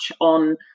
on